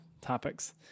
topics